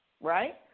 right